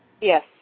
Yes